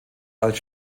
als